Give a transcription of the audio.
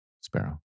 Sparrow